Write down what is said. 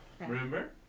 Remember